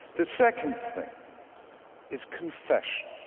the second thing is confession.